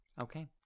Okay